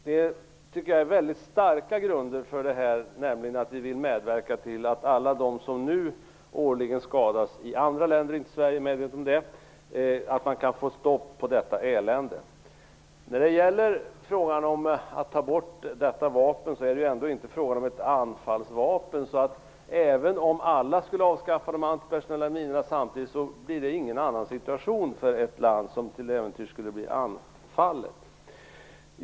Jag tycker att det är en stark grund för det här att vi vill medverka till att man kan få stopp på något som innebär att ett stort antal människor årligen skadas i andra länder - jag är medveten om att det inte är i Sverige. Det är ju ändå inte fråga om ett anfallsvapen, så även om alla samtidigt skulle avskaffa de antipersonella minorna hamnar det land som till äventyrs skulle bli anfallet inte i någon ny situation.